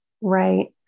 Right